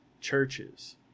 churches